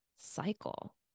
cycle